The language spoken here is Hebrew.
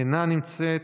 אינה נוכחת,